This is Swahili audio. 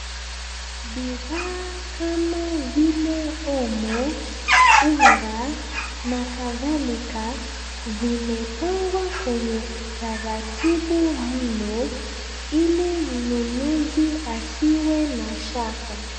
Bidhaa kama vile omo, unga na kadhalika vimepangwa kwenye utaratibu mno ili mnunuzi asiwe na shaka.